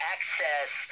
Access